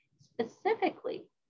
specifically